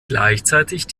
gleichzeitig